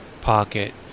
pocket